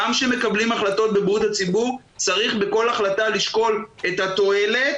גם כשמקבלים החלטות בבריאות הציבור צריך בכל החלטה לשקול את התועלת,